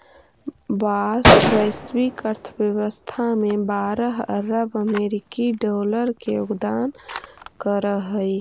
बाँस वैश्विक अर्थव्यवस्था में बारह अरब अमेरिकी डॉलर के योगदान करऽ हइ